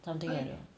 something like that